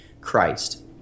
Christ